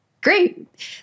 great